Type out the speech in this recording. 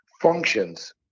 functions